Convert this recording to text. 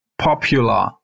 popular